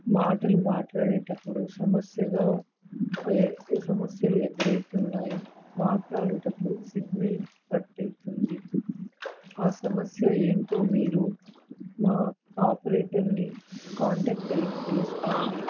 మాటలు మాట్లాడేటప్పుడు సమస్యగా సమస్యలు ఎదురౌతున్నాయి మాట్లాడేటప్పుడు సిగ్నల్ కట్ అవుతుంది ఆ సమస్య ఏంటో మీరు మా ఆపరేటర్ని కాంటాక్ట్ అయ్యి తెలుసుకోండి